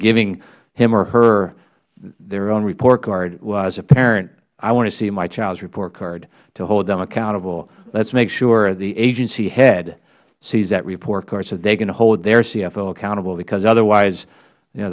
giving him or her their own report card well as a parent i want to see my child's report card to hold them accountable let's make sure the agency head sees that report card so they can hold their cfo accountable because otherwise